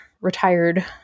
retired